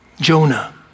Jonah